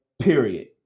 period